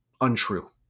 untrue